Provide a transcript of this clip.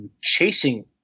chasing